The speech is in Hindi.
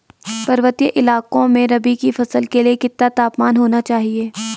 पर्वतीय इलाकों में रबी की फसल के लिए कितना तापमान होना चाहिए?